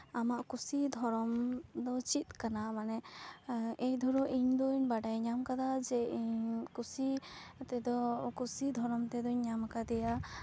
ᱟᱢᱟᱜ ᱠᱩᱥᱤ ᱫᱷᱚᱨᱚᱢ ᱫᱚ ᱪᱮᱫ ᱠᱟᱱᱟ ᱢᱟᱱᱮ ᱮᱭ ᱫᱷᱚᱨᱚ ᱤᱧ ᱫᱚᱧ ᱵᱟᱰᱟᱭ ᱧᱟᱢ ᱠᱟᱫᱟ ᱡᱮ ᱤᱧ ᱠᱩᱥᱤ ᱠᱟᱛᱮ ᱫᱚ ᱠᱩᱥᱤ ᱫᱷᱚᱨᱚᱢ ᱛᱮᱫᱚᱧ ᱧᱟᱢ ᱠᱟᱫᱮᱭᱟ